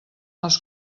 les